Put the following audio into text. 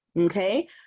Okay